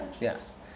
Yes